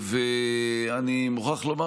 ואני מוכרח לומר,